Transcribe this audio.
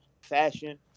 fashion